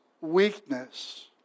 weakness